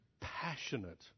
passionate